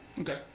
Okay